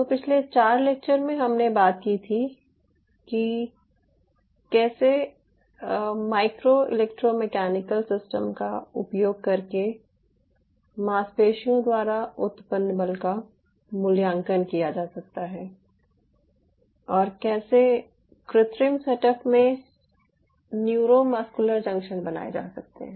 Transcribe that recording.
तो पिछले 4 लेक्चर में हमने बात की थी कि कैसे माइक्रो इलेक्ट्रोमैकेनिकल सिस्टम का उपयोग करके मांसपेशियों द्वारा उत्पन्न बल का मूल्यांकन किया जा सकता है और कैसे कृत्रिम सेटअप में न्यूरोमस्कुलर जंक्शन बनाये जा सकते हैं